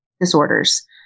disorders